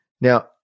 Now